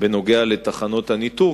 בנושא תחנות הניטור,